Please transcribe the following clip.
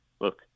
look